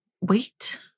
wait